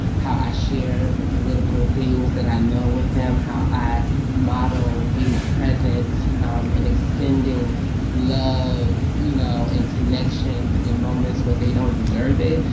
how i share the political things that i know with them. how i model being present and extending love, you know, and connection in moments when they don't deserve it.